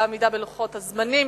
על העמידה בלוחות הזמנים.